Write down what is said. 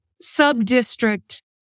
sub-district